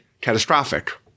catastrophic